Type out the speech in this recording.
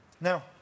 Now